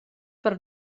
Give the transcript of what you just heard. per